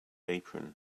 apron